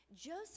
Joseph